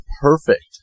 perfect